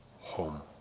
home